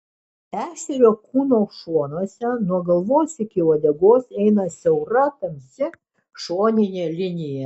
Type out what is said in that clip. ešerio kūno šonuose nuo galvos iki uodegos eina siaura tamsi šoninė linija